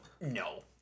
no